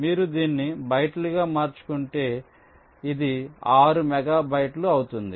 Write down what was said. మీరు దీన్ని బైట్లుగా మార్చుకుంటే ఇది 6 మెగాబైట్లు అవుతుంది